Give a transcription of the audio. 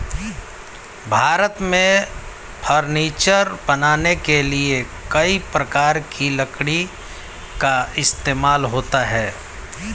भारत में फर्नीचर बनाने के लिए कई प्रकार की लकड़ी का इस्तेमाल होता है